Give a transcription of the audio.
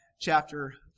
chapter